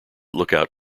lookout